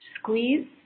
squeeze